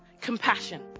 Compassion